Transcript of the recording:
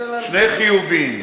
שני "חיובי".